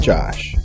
Josh